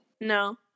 No